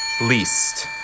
least